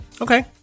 Okay